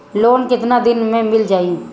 Loan कितना दिन में मिल जाई?